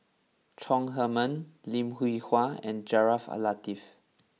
Chong Heman Lim Hwee Hua and Jaafar Latiff